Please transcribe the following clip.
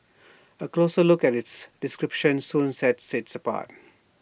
A closer look at its description soon sets IT apart